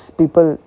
people